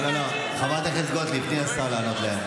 לא, חברת הכנסת גוטליב, תני לשר לענות להם.